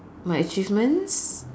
my achievements